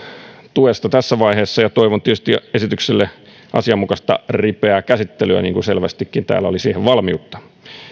tuesta tässä vaiheessa ja toivon tietysti esitykselle asianmukaista ripeää käsittelyä mihin selvästikin täällä oli valmiutta